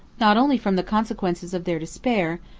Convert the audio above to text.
not only from the consequences of their despair,